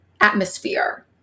atmosphere